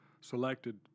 selected